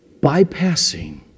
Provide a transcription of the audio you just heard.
bypassing